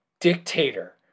dictator